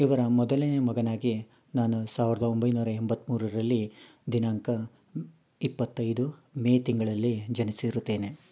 ಇವರ ಮೊದಲನೆ ಮಗನಾಗಿ ನಾನು ಸಾವಿರದ ಒಂಬೈನೂರ ಎಂಬತ್ಮೂರರಲ್ಲಿ ದಿನಾಂಕ ಇಪ್ಪತ್ತೈದು ಮೇ ತಿಂಗಳಲ್ಲಿ ಜನಿಸಿರುತ್ತೇನೆ